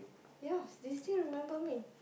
ya they still remember me